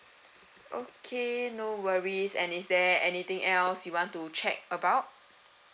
okay no worries and is there anything else you want to check about